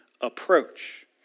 approach